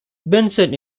benson